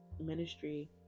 ministry